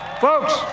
Folks